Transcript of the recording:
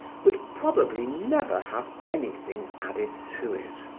would probably never have anything added to it.